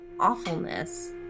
Awfulness